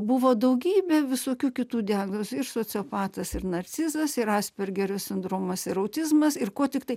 buvo daugybė visokių kitų diagnozių sociopatas ir narcizas ir aspergerio sindromas ir autizmas ir ko tiktai